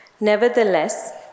nevertheless